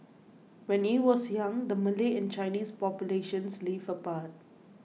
when he was young the Malay and Chinese populations lived apart